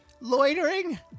loitering